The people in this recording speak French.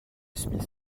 smith